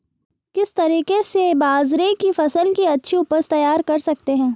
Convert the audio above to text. किस तरीके से बाजरे की फसल की अच्छी उपज तैयार कर सकते हैं?